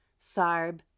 Sarb